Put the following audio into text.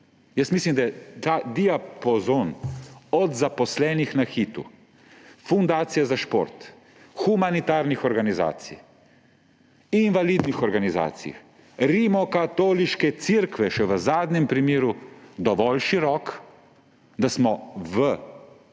Jaz mislim, da je ta diapazon od zaposlenih na Hitu, Fundacije za šport, humanitarnih organizacij, invalidnih organizacij, rimokatoliške cerkve še v zadnjem primeru dovolj širok, da smo v